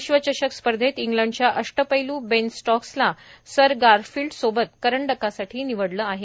विश्वचषक स्पर्धेत इंग्लंडच्या अष्टपैल् बेन स्टॉक्सला सर गारफील्ड सोबत करंडकासाठी निवडलं आहे